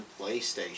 PlayStation